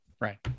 Right